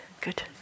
Good